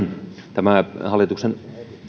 tämä hallituksen